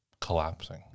collapsing